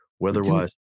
Weather-wise